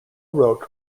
wrote